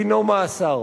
דינו מאסר.